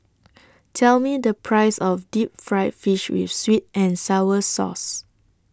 Tell Me The Price of Deep Fried Fish with Sweet and Sour Sauce